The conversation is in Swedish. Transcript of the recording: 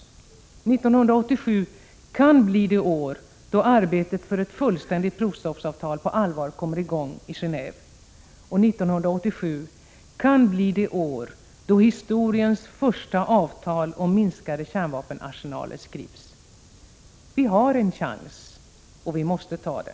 1987 kan bli det år då arbetet för ett fullständigt provstoppsavtal på allvar kommer i gång i Geneve. 1987 kan bli det år då historiens första avtal om minskade kärnvapenarsenaler skrivs. Vi har en chans. Vi måste ta den.